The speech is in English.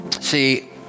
See